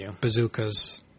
bazookas